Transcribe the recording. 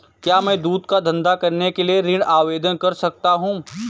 क्या मैं दूध का धंधा करने के लिए ऋण आवेदन कर सकता हूँ?